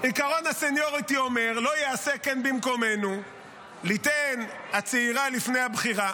עקרון הסניוריטי אומר: לא יעשה כן במקומנו לתת הצעירה לפני הבכירה.